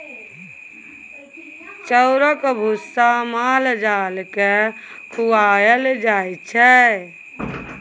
चाउरक भुस्सा माल जाल केँ खुआएल जाइ छै